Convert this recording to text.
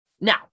Now